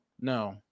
no